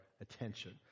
attention